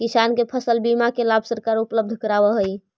किसान के फसल बीमा के लाभ सरकार उपलब्ध करावऽ हइ